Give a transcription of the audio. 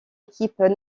équipes